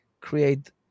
create